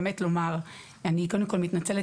אני קודם כל מתנצלת,